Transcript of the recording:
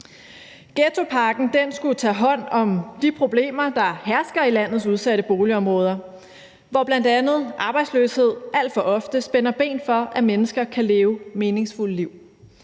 Ghettopakken skulle jo tage hånd om de problemer, der hersker i landets udsatte boligområder, hvor bl.a. arbejdsløshed alt for ofte spænder ben for, at mennesker kan leve meningsfulde liv.